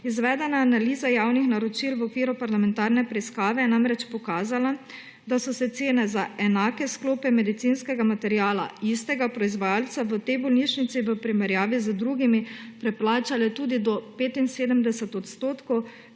Izvedena analiza javnih naročil v okviru parlamentarne preiskave je namreč pokazala, da so se cene za enake sklope medicinskega materiala istega proizvajalca v tej bolnišnici v primerjavi z drugimi preplačale tudi do 75 odstotkov,